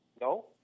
No